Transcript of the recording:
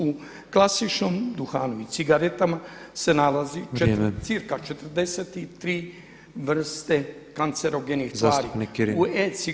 U klasičnom duhanu i cigaretama se nalazi cca 43 [[Upadica Petrov: Vrijeme.]] vrste kancerogenih tvari